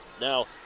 Now